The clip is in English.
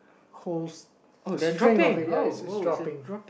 whole ya it's dropping